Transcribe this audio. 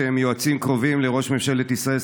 שהם יועצים קרובים לראש ממשלת ישראל,